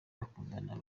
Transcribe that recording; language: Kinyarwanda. bakundana